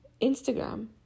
instagram